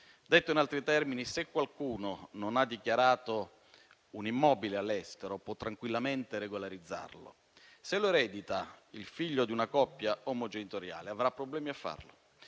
Detto in altri termini, se qualcuno non ha dichiarato un immobile all'estero, può tranquillamente regolarizzarlo; se lo eredita il figlio di una coppia omogenitoriale avrà problemi a farlo,